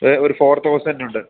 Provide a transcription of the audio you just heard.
ഏ ഒരു four thousand ഉണ്ട്